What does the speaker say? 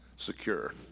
secure